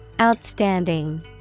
Outstanding